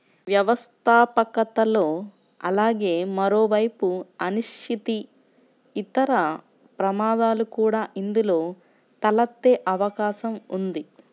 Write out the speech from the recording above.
వ్యవస్థాపకతలో అలాగే మరోవైపు అనిశ్చితి, ఇతర ప్రమాదాలు కూడా ఇందులో తలెత్తే అవకాశం ఉంది